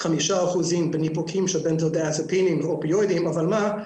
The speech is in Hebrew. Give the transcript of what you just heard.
5% בניפוקים של בנזודיאזיפינים ואופיואידים אבל יש